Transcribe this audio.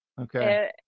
Okay